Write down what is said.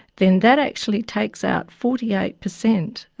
then that actually takes out forty eight percent